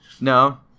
No